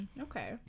okay